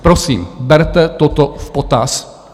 Prosím, berte toto v potaz!